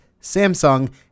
Samsung